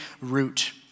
root